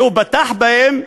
והוא בטח בהן,